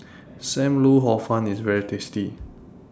SAM Lau Hor Fun IS very tasty